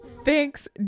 Thanks